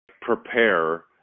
prepare